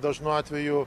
dažnu atveju